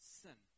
sin